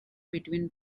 between